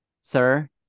Sir